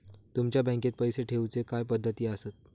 तुमच्या बँकेत पैसे ठेऊचे काय पद्धती आसत?